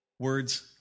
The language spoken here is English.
Words